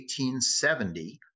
1870